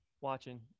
watching